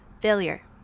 failure